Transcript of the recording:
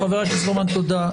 חה"כ רוטמן, תודה.